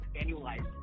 annualized